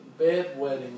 bedwetting